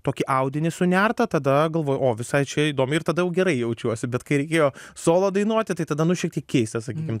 tokį audinį sunerta tada galvoju o visai čia įdomiai ir tada jau gerai jaučiuosi bet kai reikėjo solo dainuoti tai tada nu šiek tiek keista sakykim